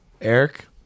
Eric